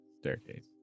staircase